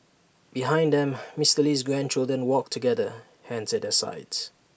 behind them Mister Lee's grandchildren walked together hands at their sides